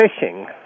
fishing